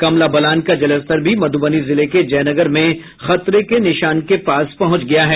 कमला बलान का जलस्तर भी मधूबनी जिले के जयनगर में खतरे के निशान के पास पहुंच गया है